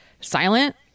silent